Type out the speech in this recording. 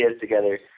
together